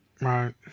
Right